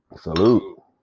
Salute